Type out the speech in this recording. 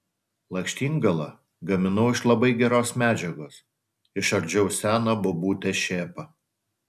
lakštingalą gaminau iš labai geros medžiagos išardžiau seną bobutės šėpą